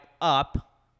up